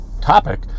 topic